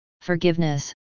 forgiveness